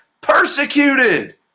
persecuted